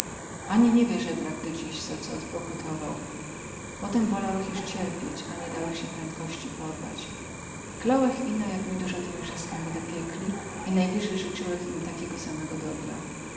ani nie wie zebrak do dziś za co odpokutował potem wolałech juz cierpieć a nie dałech sie prędkości porwać kląłech ino jak mi duzo tymi wrzaskami dopiekli i najwyzy zycyłech im takiego samego dobra